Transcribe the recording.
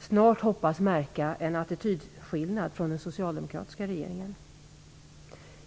snart hoppas märka en attitydskillnad från den socialdemokratiska regeringen.